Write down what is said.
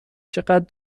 چقد